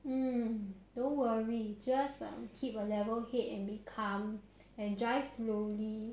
mm don't worry just keep a level head and be calm and drive slowly